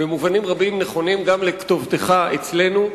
במובנים רבים נכונים לכתובתך אצלנו.